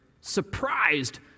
surprised